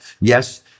yes